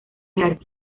jerarquía